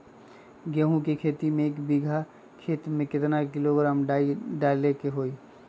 गेहूं के खेती में एक बीघा खेत में केतना किलोग्राम डाई डाले के होई?